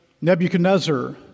Nebuchadnezzar